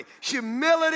humility